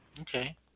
Okay